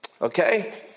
Okay